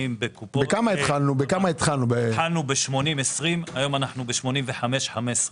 התחלנו ב-80-20, היום אנחנו ב-85-15.